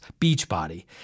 Beachbody